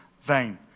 vain